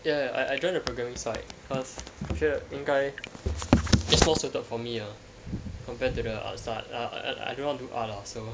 ya I I joined the programming side cause I'm sure 应该 that's more suited for me ah compared to the arts I I I I don't want to art lah so